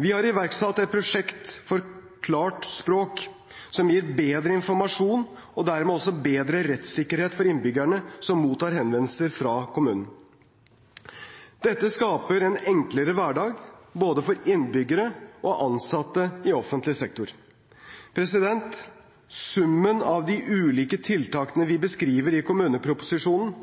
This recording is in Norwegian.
Vi har iverksatt et prosjekt for klart språk, som gir bedre informasjon og dermed også bedre rettssikkerhet for innbyggerne som mottar henvendelser fra kommunene. Dette skaper en enklere hverdag for både innbyggere og ansatte i offentlig sektor. Summen av de ulike tiltakene vi beskriver i kommuneproposisjonen,